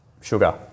sugar